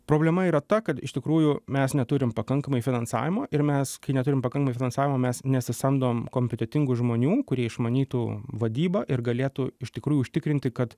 problema yra ta kad iš tikrųjų mes neturim pakankamai finansavimo ir mes neturim pakankamai finansavimo mes nesamdom kompetentingų žmonių kurie išmanytų vadybą ir galėtų iš tikrųjų užtikrinti kad